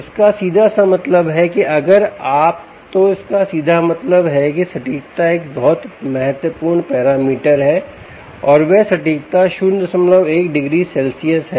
इसका सीधा सा मतलब है कि अगर आप तो इसका सीधा मतलब है कि सटीकता एक बहुत महत्वपूर्ण पैरामीटर है और वह सटीकता 01 डिग्री सेल्सियस है